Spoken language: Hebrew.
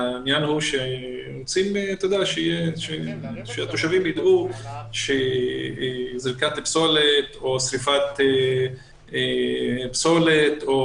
העניין הוא שרוצים שהתושבים ידעו שזריקת פסולת או שריפת פסולת או